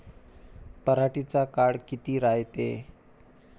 पराटीचा काळ किती रायते?